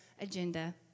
agenda